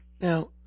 Now